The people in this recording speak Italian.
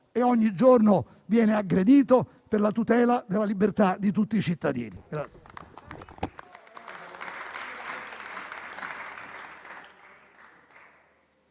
e ogni giorno viene aggredito per la tutela della libertà di tutti i cittadini.